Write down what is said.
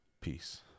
Peace